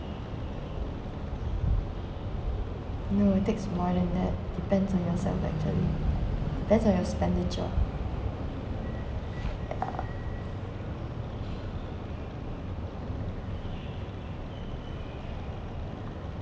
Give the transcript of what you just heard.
you know it takes more than that depends on yourself actually depends on your expenditure ya